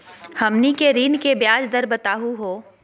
हमनी के ऋण के ब्याज दर बताहु हो?